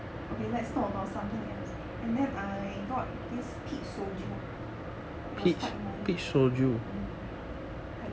okay let's talk about something else and then I got this peach soju it was quite nice